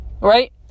Right